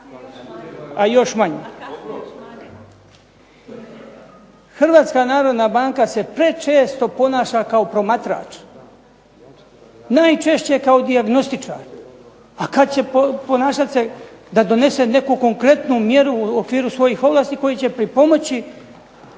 to je razlika. Hrvatska narodna banka se prečesto ponaša kao promatrač, najčešće kao dijagnostičar, a kada će se ponašati da donese neku konkretnu mjeru u okviru svojih ovlasti koji će pripomoći